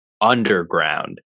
underground